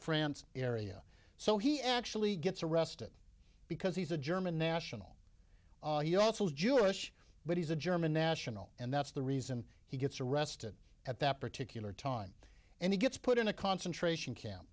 france area so he actually gets arrested because he's a german national he also is jewish but he's a german national and that's the reason he gets arrested at that particular time and he gets put in a concentration camp